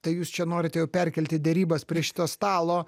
tai jūs čia norite jau perkelti derybas prie šito stalo